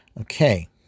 Okay